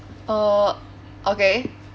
uh okay